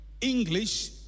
English